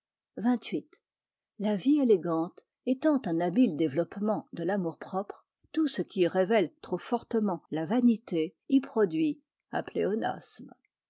xxviii la vie élégante étant un habile développement de l'amour-propre tout ce qui révèle trop fortement la vanité y produit